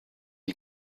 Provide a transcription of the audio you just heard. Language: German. die